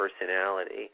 personality